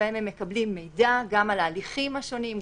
שבהן הם מקבלים מידע גם על ההליכים השונים,